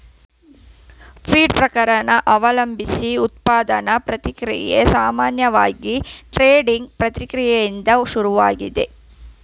feed ಪ್ರಕಾರ ಅವಲಂಬ್ಸಿ ಉತ್ಪಾದನಾ ಪ್ರಕ್ರಿಯೆ ಸಾಮಾನ್ಯವಾಗಿ ಗ್ರೈಂಡಿಂಗ್ ಪ್ರಕ್ರಿಯೆಯಿಂದ ಶುರುವಾಗ್ತದೆ